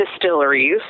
distilleries